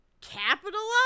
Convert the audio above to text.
capitalize